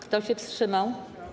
Kto się wstrzymał?